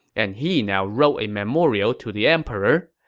and he now wrote a memorial to the emperor.